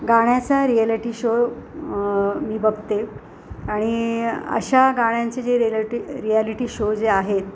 गाण्याचा reality show मी बघते आणि अशा गाण्यांचे जे रिॲलिटी रिॲलिटी शो जे आहेत